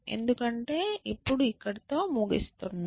ఎందుకంటే ఇప్పుడు ఇక్కడితో ముగిస్తున్నాం